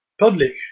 Public